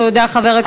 תודה, חבר הכנסת זאב.